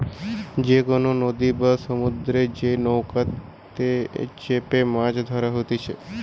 যে কোনো নদী বা সমুদ্রতে যে নৌকাতে চেপেমাছ ধরা হতিছে